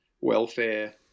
welfare